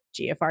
GFR